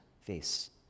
face